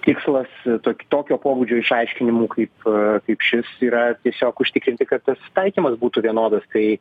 tikslas tokio pobūdžio išaiškinimų kaip kaip šis yra tiesiog užtikrinti kad tas taikymas būtų vienodas tai